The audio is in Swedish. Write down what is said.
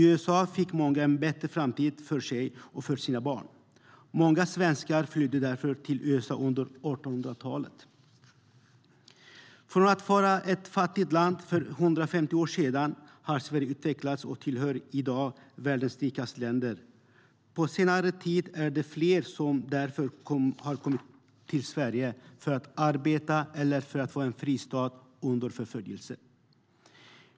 I USA fick många en bättre framtid för sig och för sina barn. Många svenskar flydde därför till USA under 1800-talet.Från att ha varit ett fattigt land för 150 år sedan har Sverige utvecklats och tillhör i dag världens rikaste länder. På senare tid har flera kommit till Sverige för att arbeta eller för att få en fristad undan förföljelse.